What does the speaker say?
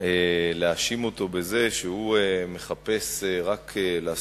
להאשים אותו בזה שהוא רק מחפש לעשות